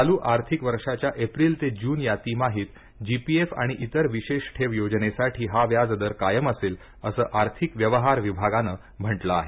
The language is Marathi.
चालू आर्थिक वर्षाच्या एप्रिल ते जून या तिमाहीत जीपीएफ आणि इतर विशेष ठेव योजनेसाठी हा व्याज दर कायम असेल असं आर्थिक व्यवहार विभागानं म्हटलं आहे